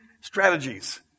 strategies